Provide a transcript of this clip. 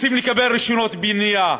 רוצים לקבל רישיונות בנייה,